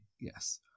Yes